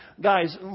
guys